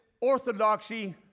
orthodoxy